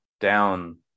down